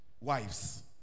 wives